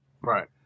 Right